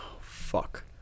fuck